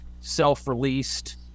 self-released